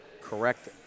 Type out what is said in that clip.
correct